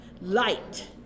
Light